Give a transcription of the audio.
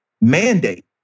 mandate